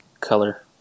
color